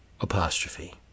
apostrophe